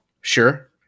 Sure